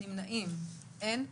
נמנעים אין.